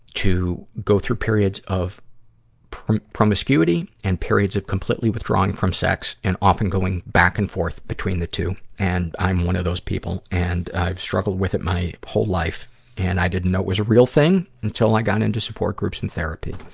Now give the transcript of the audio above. to go through periods of promiscuity and periods of completely withdrawing from sex, and often going back and forth between the two. and i'm one of those people, and i've struggled with it my whole, and i didn't know it was a real thing until i got into support groups and therapy.